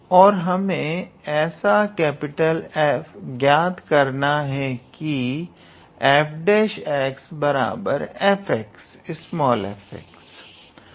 और हमें ऐसा F ज्ञात करना है कि 𝐹′𝑥 𝑓𝑥